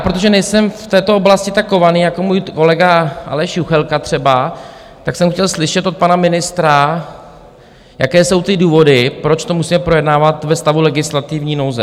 Protože nejsem v této oblasti tak kovaný jako můj kolega Aleš Juchelka třeba, tak jsem chtěl slyšet od pana ministra, jaké jsou důvody, proč to musíme projednávat ve stavu legislativní nouze.